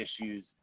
issues